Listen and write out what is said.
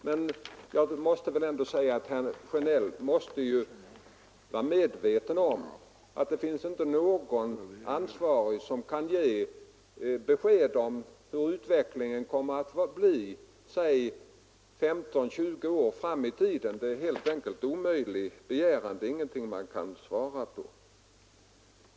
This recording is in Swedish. tiska synpunkter på energiförsörjningen tiska synpunkter på energiförsörjningen Herr Sjönell måste vara medveten om att det inte finns någon ansvarig person som kan ge besked om hurudan utvecklingen blir 15—20 år framåt itiden. Det är helt enkelt omöjligt att svara på en sådan fråga.